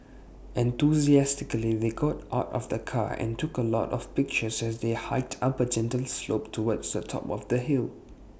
enthusiastically they got out of the car and took A lot of pictures as they hiked up A gentle slope towards the top of the hill